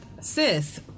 sis